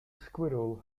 squirrel